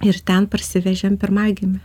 ir ten parsivežėm pirmagimį